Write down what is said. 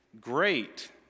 great